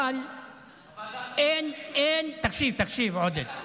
אבל אין, אין, תקשיב, תקשיב, עודד.